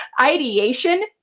ideation